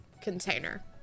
container